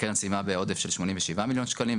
הקרן סיימה בעודף של 87 מיליון שקלים,